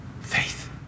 faith